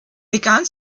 begann